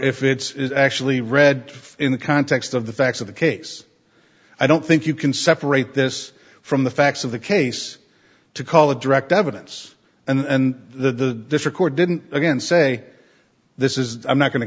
if it's actually read in the context of the facts of the case i don't think you can separate this from the facts of the case to call it direct evidence and the record didn't again say this is i'm not go